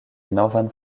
novan